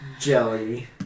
jelly